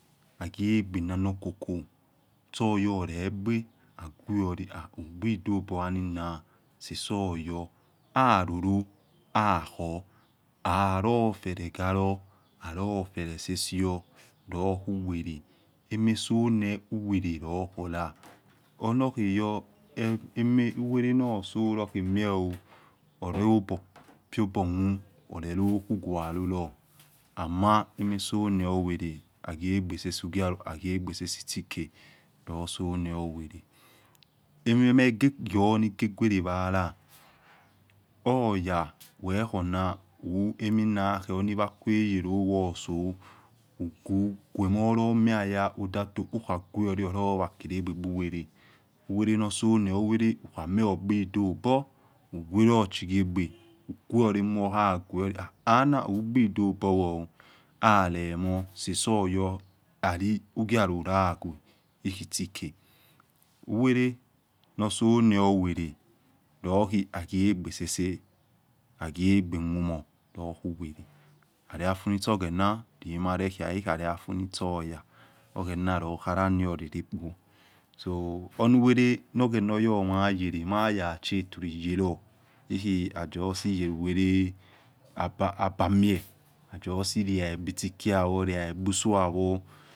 Aghiegbe nanokoko shoyahole gbe agwoli, ha hugbidoborhanina sesesoyo aroro akhor arofelekhalor arofele sesesior luhuwele emasone uwele lohola enokheyo oh uwele noso luhemio oh ozobor fiobokmu orelu khualolu, ama emasone uwele aghiogbe sese uhialo aghuegbe sesesi itsike loso ne uwele, emigegwere wala oya wohuna eniwakuayele owa oso uguemorlor muaya wodato uya guoh hulahu wa khlegbebu wele, uwele noso ne uwele ukhamieh hugbidobor ugwe relo chiuegbe ugwelo emuyoha gioli ana hugbi doborwoh halemor sesesoyor lalohugha lo lagwe hikhi itsiko, uwele nosone uwele loghi haghiegbe sasa ighiogbo mumor lohu uwele lali afu nisho oghena limare khia kikhi itso oya oghena lokharano oreretpo so hunu wele nor oghena yonaya yele maya shetili yelo hikhi ha justi yelu wele abamie itsi riabisikiawor riaegbe usohahor.